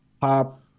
pop